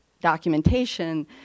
documentation